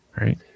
right